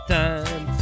time